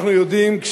אנחנו יודעים,